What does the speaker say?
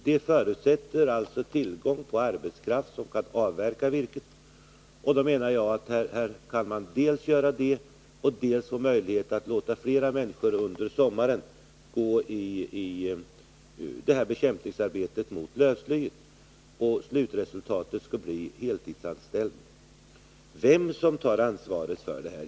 Det förutsätter tillgång på arbetskraft som kan avverka virket. Jag menar att man kan dels få till stånd avverkning, dels få möjlighet att låta fler människor under sommaren ägna sig åt bekämpning av lövsly. Slutresultatet skulle bli heltidsanställning. Vem tar ansvaret för detta?